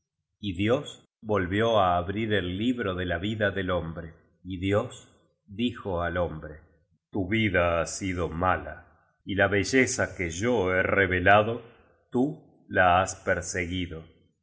y dios volvió á abrir el libro de la vida de hombre y dios dijo al hombre tu vida ha sido mala y la beleía que yo he revelado tú la has perseguido